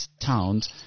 towns